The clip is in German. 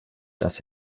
dass